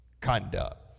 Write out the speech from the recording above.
conduct